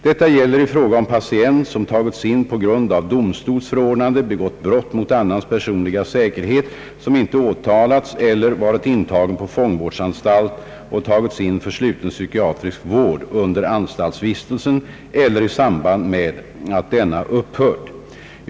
Detta gäller i fråga om patient som tagits in på grund av domstols förordnande, begått brott mot annans personliga säkerhet som inte åtalats eller varit intagen på fångvårdsanstalt och tagits in för sluten psykiatrisk vård under anstaltsvistelsen eller i samband med att denna upphört.